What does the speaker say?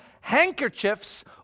handkerchiefs